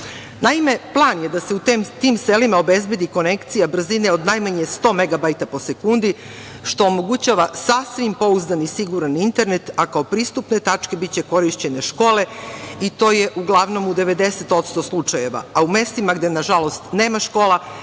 plan je da u tim selima obezbedi konekcija brzine od najmanje 100 megabajta po sekundi, što omogućava sasvim pouzdan i siguran internet, a kao pristupne tačke biće korišćene škole i to je uglavnom u 90% slučajeva, a u mestima gde nažalost nema škola